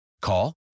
Call